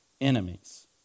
enemies